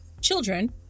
children